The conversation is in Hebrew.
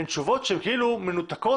הן תשובות שהן כאילו מנותקות.